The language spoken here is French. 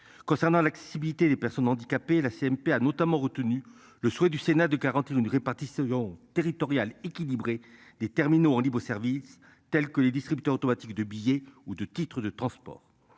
concernant l'accessibilité des personnes handicapées. La CMP a notamment retenu le souhait du Sénat de 41 répartis second territorial équilibré des terminaux en libre-service tels que les distributeurs automatiques de billets ou de titre de transport